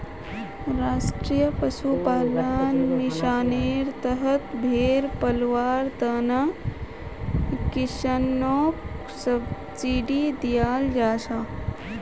राष्ट्रीय पशुपालन मिशानेर तहत भेड़ पलवार तने किस्सनोक सब्सिडी दियाल जाहा